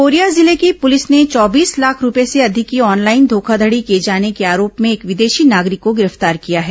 Korea जिले की पुलिस ने चौबीस लाख रूपए से अधिक की ऑनलाइन घोखाघड़ी किए जाने के आरोप में एक विदेशी नागरिक को गिरफ्तार किया है